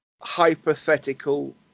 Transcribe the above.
hypothetical